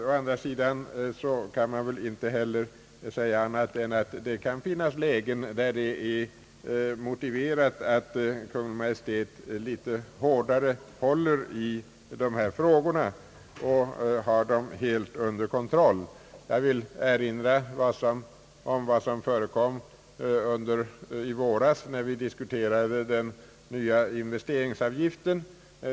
Å andra sidan kan man väl inte heller säga annat än att det kan förekomma lägen, där det är motiverat att Kungl. Maj:t litet hårdare håller i dessa frågor och har dem helt under kontroll. Jag vill erinra om vad som förekom i våras, när vi diskuterade den nya investeringsavgiften.